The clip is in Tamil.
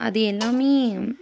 அது எல்லாம்